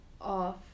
off